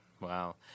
Wow